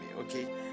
okay